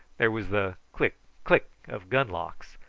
there was the click, click of gun-locks,